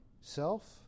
self